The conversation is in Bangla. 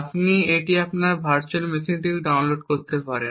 আপনি এটি আপনার ভার্চুয়াল মেশিন থেকে ডাউনলোড করতে পারেন